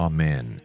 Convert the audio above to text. Amen